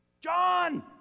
John